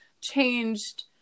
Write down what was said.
changed